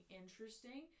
interesting